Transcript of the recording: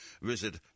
visit